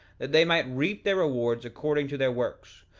that they might reap their rewards according to their works,